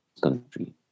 country